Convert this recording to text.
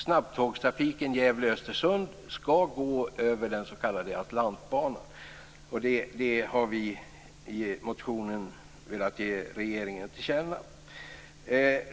Snabbtågstrafiken Gävle Östersund skall gå över den s.k. Atlantbanan. Det har vi velat ge regeringen till känna i motionen.